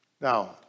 Now